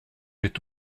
est